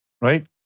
right